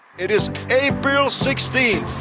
it is april sixteenth,